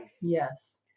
Yes